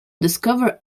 discover